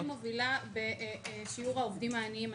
הנה קיבלתי: ישראל מובילה בשיעור העובדים העניים.